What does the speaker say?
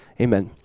Amen